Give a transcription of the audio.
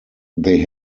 they